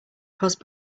caused